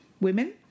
women